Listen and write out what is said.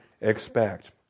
expect